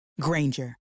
Granger